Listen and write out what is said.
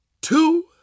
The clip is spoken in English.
two